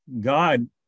god